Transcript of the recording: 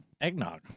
eggnog